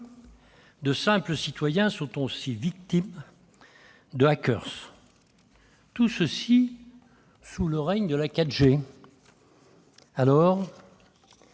de simples citoyens sont aussi victimes de hackers. Tout cela sous le règne de la 4G